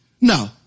No